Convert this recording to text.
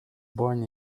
born